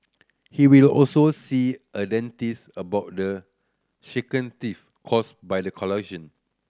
he will also see a dentist about the shaky teeth caused by the collision